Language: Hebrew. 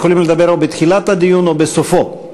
יכולים לדבר בתחילת הדיון או בסופו.